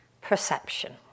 perception